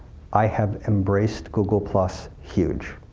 i have embraced google huge,